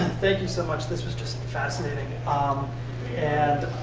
and thank you so much. this was just fascinating um and